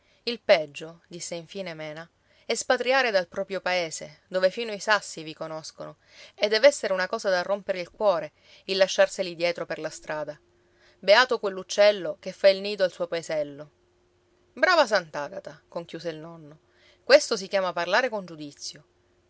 il peggio disse infine mena è spatriare dal proprio paese dove fino i sassi vi conoscono e dev'essere una cosa da rompere il cuore il lasciarseli dietro per la strada beato quell'uccello che fa il nido al suo paesello brava sant'agata conchiuse il nonno questo si chiama parlare con giudizio